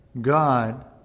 God